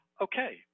okay